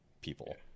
people